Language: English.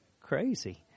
Crazy